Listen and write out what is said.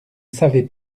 savez